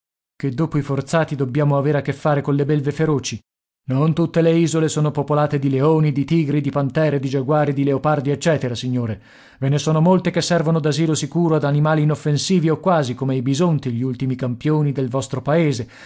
che dopo i forzati dobbiamo aver a che fare colle belve feroci non tutte le isole sono popolate di leoni di tigri di pantere di giaguari di leopardi eccetera signore ve ne sono molte che servono d'asilo sicuro ad animali inoffensivi o quasi come i bisonti gli ultimi campioni del vostro paese